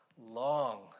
long